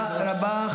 תודה רבה.